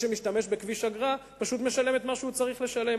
שמשתמש בכביש אגרה פשוט משלם את מה שהוא צריך לשלם.